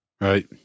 Right